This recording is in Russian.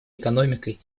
экономикой